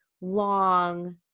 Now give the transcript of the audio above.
long